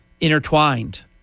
intertwined